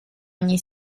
ogni